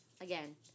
Again